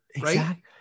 right